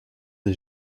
des